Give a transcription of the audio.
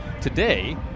today